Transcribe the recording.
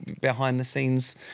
behind-the-scenes